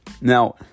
Now